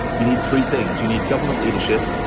you need three things. you need government leadership.